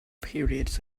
periods